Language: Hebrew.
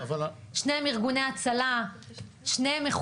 שניהם ארגוני הצלה,